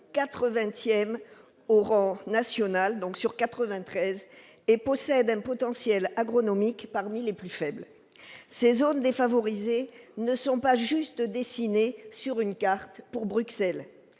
au rang national, sur 93, et possède un potentiel agronomique parmi les plus faibles. Ces zones défavorisées ne sont pas juste dessinées sur une carte pour Bruxelles.